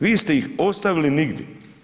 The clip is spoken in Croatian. Vi ste ih ostavili nigdje.